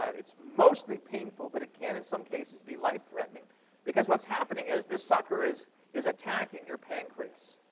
um it's mostly painful. but it can, in some cases, be life-threatening because what's happening is this sucker is is attacking your pancreas.